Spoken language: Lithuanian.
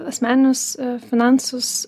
asmeninius finansus